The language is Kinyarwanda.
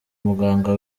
umuganga